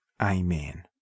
Amen